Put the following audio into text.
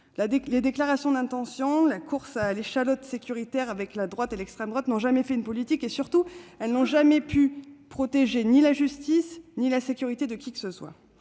Les déclarations d'intention et la course à l'échalote sécuritaire avec la droite et l'extrême droite n'ont jamais fait une politique ; surtout, elles n'ont jamais pu protéger la justice en général ni la sécurité de qui que ce soit.